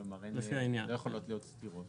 כלומר לא יכולות להיות סתירות.